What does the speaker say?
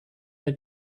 were